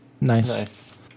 Nice